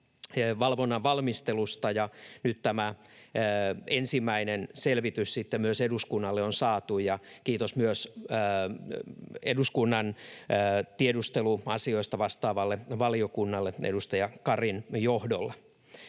valvonnasta, ja nyt tämä ensimmäinen selvitys sitten myös eduskunnalle on saatu. Kiitos myös eduskunnan tiedusteluasioista vastaavalle valiokunnalle, edustaja Karin johdolla.